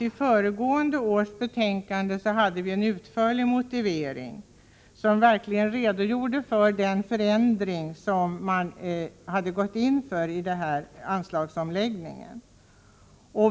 I föregående års betänkande hade vi nämligen en utförlig motivering, som verkligen redogjorde för den förändring som man hade gått in för i anslagsomläggningen.